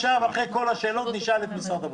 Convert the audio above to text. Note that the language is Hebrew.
ועכשיו אחרי כל השאלות, נשאל את משרד הבריאות.